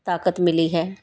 ਤਾਕਤ ਮਿਲੀ ਹੈ